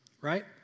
right